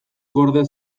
gorde